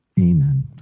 Amen